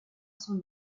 son